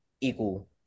equal